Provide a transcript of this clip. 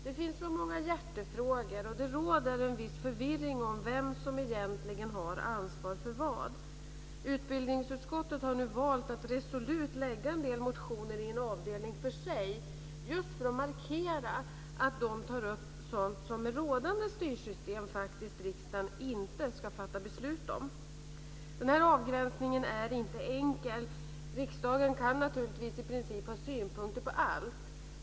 Det finns så många hjärtefrågor, och det råder en viss förvirring om vem som egentligen har ansvar för vad. Utbildningsutskottet har nu valt att resolut lägga en del motioner i en avdelning för sig just för att markera att de tar upp sådant som riksdagen med rådande styrsystem faktiskt inte ska fatta beslut om. Denna avgränsning är inte enkel. Riksdagen kan naturligtvis i princip ha synpunkter på allt.